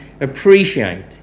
appreciate